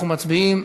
אנחנו מצביעים.